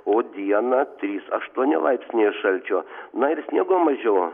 o dieną trys aštuoni laipsniai šalčio na ir sniego mažiau